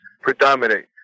predominate